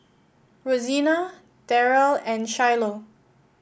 Rosena Daryle and Shiloh